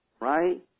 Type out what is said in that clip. right